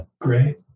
great